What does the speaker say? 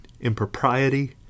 impropriety